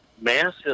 massive